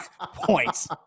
points